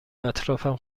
اطرافم